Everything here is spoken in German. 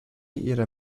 ihrer